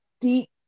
deep